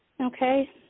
Okay